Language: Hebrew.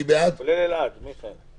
מי בעד ירים את ידו.